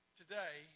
today